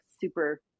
super